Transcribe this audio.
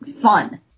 fun